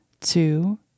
two